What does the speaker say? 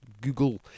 Google